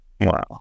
Wow